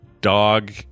dog